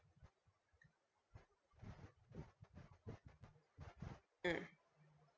mm